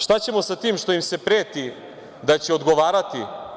Šta ćemo sa tim što im se preti da će odgovarati?